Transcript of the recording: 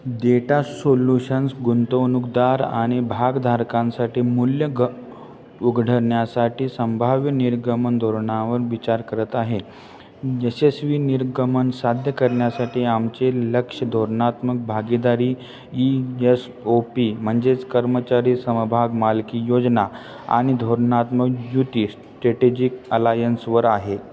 data solutions गुंतवणूकदार आणि भागधारकांसाठी मूल्य ग उघडण्यासाठी संभाव्य निर्गमन धोरणावर विचार करत आहे यशस्वी निर्गमन साध्य करण्यासाठी आमचे लक्ष धोरणात्मक भागीदारी ई यस ओ पी म्हणजेच कर्मचारी समभाग मालकी योजना आणि धोरणात्मक युती स्टेटेजिक अलायन्सवर आहे